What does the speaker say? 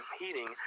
heating